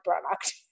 product